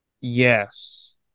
Yes